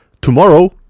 tomorrow